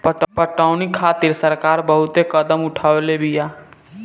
पटौनी खातिर सरकार बहुते कदम उठवले बिया